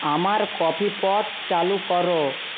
আমার coffee pot চালু করো